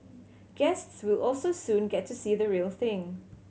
guests will also soon get to see the real thing